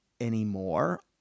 anymore